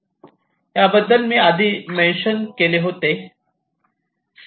याबद्दल मी आधी मेंशन केले होते